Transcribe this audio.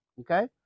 okay